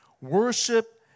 Worship